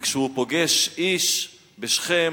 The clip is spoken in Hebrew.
וכשהוא פוגש איש בשכם